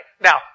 Now